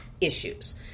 issues